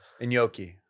Inyoki